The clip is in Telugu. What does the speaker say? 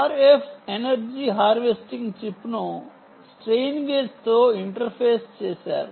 RF ఎనర్జీ హార్వెస్టింగ్ చిప్ ను strain gage తో ఇంటర్ఫేస్ చేశారు